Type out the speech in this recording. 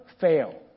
fail